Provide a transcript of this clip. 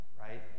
right